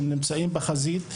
הם נמצאים בחזית,